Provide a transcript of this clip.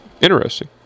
Interesting